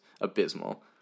abysmal